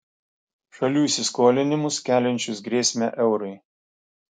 šalių įsiskolinimus keliančius grėsmę eurui